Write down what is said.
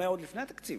אולי עוד לפני התקציב,